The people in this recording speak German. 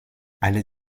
eine